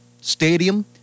stadium